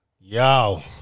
Yo